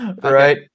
Right